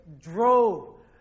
drove